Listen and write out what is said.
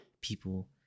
people